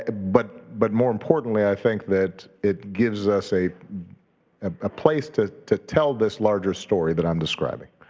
ah but but more importantly, i think that it gives us a ah ah place to to tell this larger story that i'm describing.